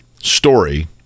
story